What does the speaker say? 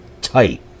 tight